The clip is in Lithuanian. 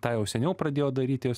tą jau seniau pradėjo daryti